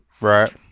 right